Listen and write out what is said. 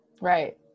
right